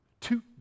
Two